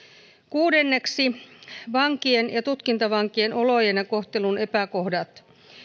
kuudenneksi vankien ja tutkintavankien olojen ja kohtelun epäkohdat